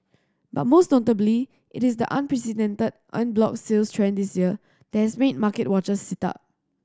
but most notably it is the unprecedented en bloc sales trend this year that has made market watchers sit up